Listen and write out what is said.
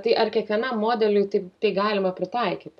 tai ar kiekvienam modeliui taip tai galima pritaikyti